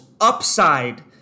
upside